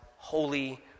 Holy